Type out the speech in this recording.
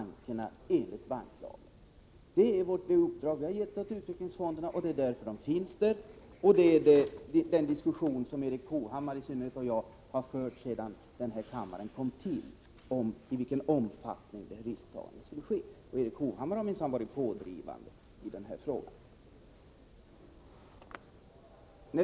Herr talman! Jag kan försäkra Per Westerberg att jag är med i så många järnvägsföreningar att det räcker för min ekonomi. Jag har inte råd med fler föreningar. Vad har utvecklingsfonderna som inte bankerna har? Jo, utvecklingsfonderna har riksdagens uppdrag att ta risker utöver dem som är tillåtna för bankerna enligt banklagen. Detta är det uppdrag vi har gett utvecklingsfonderna. Det är därför de finns. Ända sedan enkammarriksdagen kom till har jag diskuterat med i synnerhet Erik Hovhammar i vilken omfattning det risktagandet skall ske, och Erik Hovhammar har minsann varit pådrivande i den frågan.